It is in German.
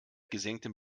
gesenktem